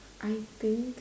I think